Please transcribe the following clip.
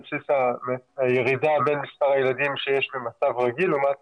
על בסיס הירידה בין מספר הילדים שיש במצב רגיל לעומת